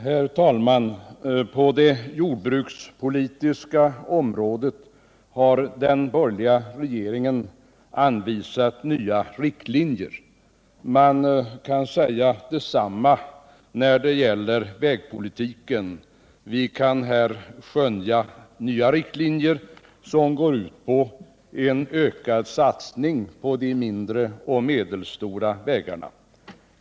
Herr talman! På det jordbrukspolitiska området har den borgerliga regeringen anvisat nya riktlinjer. Man kan säga detsamma när det gäller vägpolitiken. Här kan skönjas nya riktlinjer, som går ut på en ökad satsning på de mindre och medelstora vägarna.